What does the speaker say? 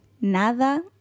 Nada